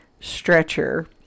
stretcher